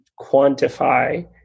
quantify